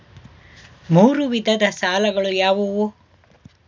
ಮೂರು ವಿಧದ ಸಾಲಗಳು ಯಾವುವು?